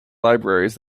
libraries